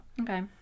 Okay